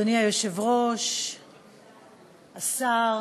אדוני היושב-ראש, השר,